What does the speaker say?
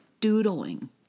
doodling